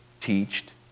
teached